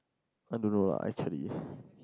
I don't know lah actually